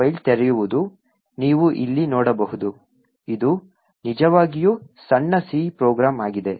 ನೀವು ಇಲ್ಲಿ ನೋಡಬಹುದು ಇದು ನಿಜವಾಗಿಯೂ ಸಣ್ಣ C ಪ್ರೋಗ್ರಾಂ ಆಗಿದೆ